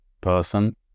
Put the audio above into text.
person